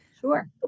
Sure